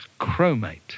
chromate